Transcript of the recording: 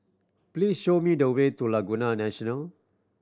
please show me the way to Laguna National